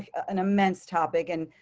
an immense topic and